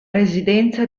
residenza